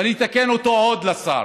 ואני אתקן עוד את השר: